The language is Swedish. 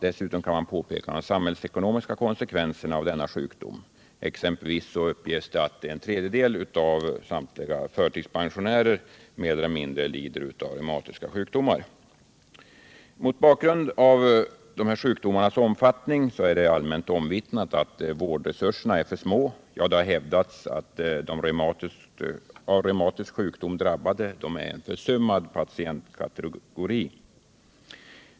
Dessutom kan påpekas de stora sam hällsekonomiska konsekvenserna av denna sjuk 95 dom. Exempelvis uppges att en tredjedel av förtidspensionärerna mer eller mindre lider av reumatiska sjukdomar. Det är allmänt omvittnat att vårdresurserna — mot bakgrund av de här sjukdomarnas omfattning — är för små. Ja, det har hävdats att de av reumatisk sjukdom drabbade är en försummad patientkategori.